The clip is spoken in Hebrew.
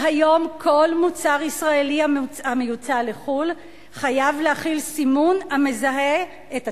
והיום כל מוצר ישראלי המיוצא לחוץ-לארץ חייב להכיל סימון המזהה את עצמו,